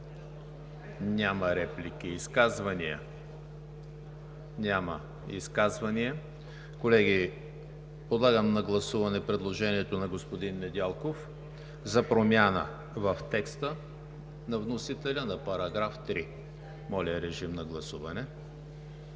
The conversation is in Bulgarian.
Няма реплики. Изказвания? Няма изказвания. Колеги, подлагам на гласуване предложението на господин Недялков за промяна в текста на вносителя на § 3. Гласували